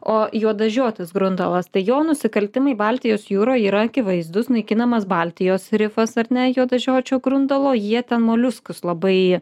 o juodažiotis grundalas tai jo nusikaltimai baltijos jūroj yra akivaizdūs naikinamas baltijos rifas ar ne juodažiočio grundalo jie ten moliuskus labai